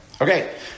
okay